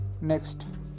Next